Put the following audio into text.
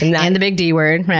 and and the big d word,